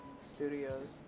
studios